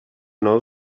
know